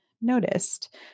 noticed